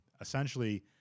essentially